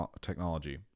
technology